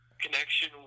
connection